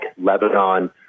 Lebanon